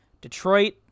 detroit